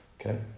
Okay